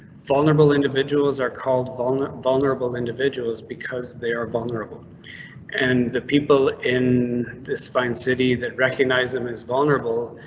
vulnerable individuals are called um vulnerable individuals because they are vulnerable and the people in this pine city that recognize them is vulnerable.